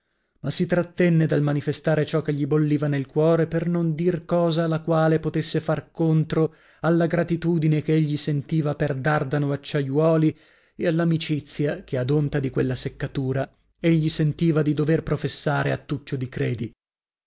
ma si trattenne dal manifestare ciò che gli bolliva nel cuore per non dir cosa la quale potesse far contro alla gratitudine che egli sentiva per dardano acciaiuoli e all'amicizia che ad onta di quella seccatura egli sentiva di dover professare a